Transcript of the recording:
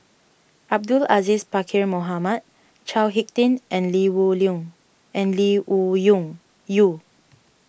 Abdul Aziz Pakkeer Mohamed Chao Hick Tin and Lee Wung and Lee Wung Yew